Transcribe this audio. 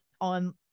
on